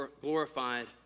glorified